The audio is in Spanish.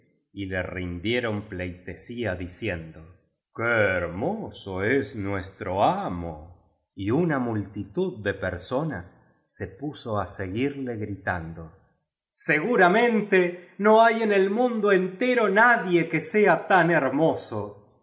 y le rindieron pleitesía diciendo qué hermoso es nuestro amo y una multitud de personas se puso á seguirle gritando seguramente no hay en el mundo entero nadie que sea tan hermoso